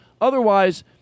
Otherwise